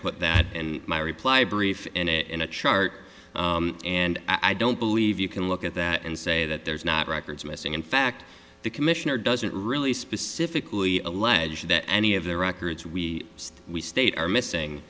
put that in my reply brief in a chart and i don't believe you can look at that and say that there's not records missing in fact the commissioner doesn't really specifically allege that any of the records we just we state are missing